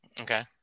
Okay